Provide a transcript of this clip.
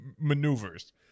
maneuvers